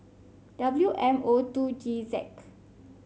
W M O two G Z